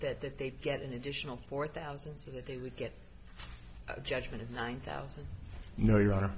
that that they'd get an additional four thousand so that they would get a judgment of nine thousand you know you are